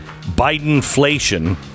Bidenflation